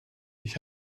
ich